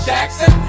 Jackson